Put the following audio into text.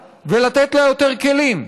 לעשות יותר עבודה ולתת לה יותר כלים.